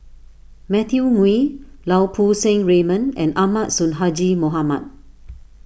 Matthew Ngui Lau Poo Seng Raymond and Ahmad Sonhadji Mohamad